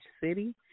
city